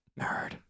Nerd